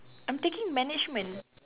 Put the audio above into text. I'm taking management